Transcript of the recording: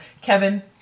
Kevin